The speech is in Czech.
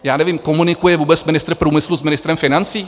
Já nevím, komunikuje vůbec ministr průmyslu s ministrem financí?